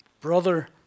Brother